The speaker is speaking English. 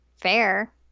Fair